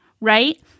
right